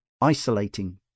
isolating